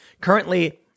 currently